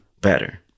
better